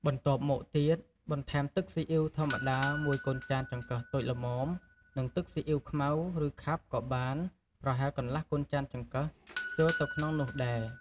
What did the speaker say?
បន្ទាប់មកទៀត បន្ថែមទឹកសុីអ៉ីវធម្មតាមួយកូនចានចង្កឹះតូចល្មម និងទឹកសុីអ៉ីវខ្មៅ ឬខាប់ក៏បាន ប្រហែលកន្លះកូនចានចង្កឹះចូលទៅក្នុងនោះដែរ។